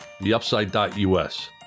theupside.us